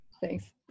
Thanks